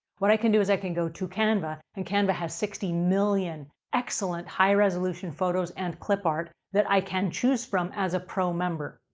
what i can do is i can go to canva and canva has sixty million excellent high resolution photos and clip art that i can choose from as a pro member.